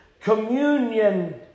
communion